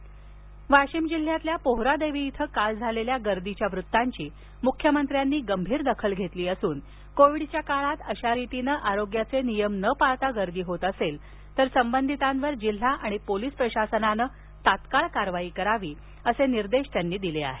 पोहरा देवी वाशीम जिल्ह्यातील पोहरादेवी इथं काल झालेल्या गर्दीच्या वृतांची मुख्यमंत्र्यांनी गंभीर दखल घेतली असून कोविडच्या काळात अशा रीतीने आरोग्याचे नियम न पाळता गर्दी होत असेल तर संबंधितांवर जिल्हा आणि पोलीस प्रशासनाने तात्काळ कारवाई करावी असे निर्देश त्यांनी दिले आहेत